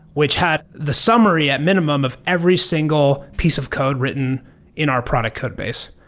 which had the summary at minimum of every single piece of code written in our product codebase.